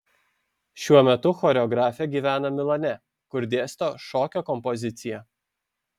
šiuo metu choreografė gyvena milane kur dėsto šokio kompoziciją